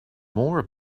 more